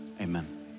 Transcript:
amen